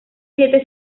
siete